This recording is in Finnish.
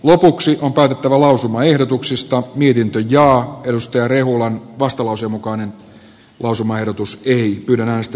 lopuksi kaadettava lausumaehdotuksista mietintöön ja edustaja reul on vastalause mukainen lausumaehdotus ei näistä